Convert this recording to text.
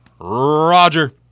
Roger